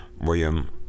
William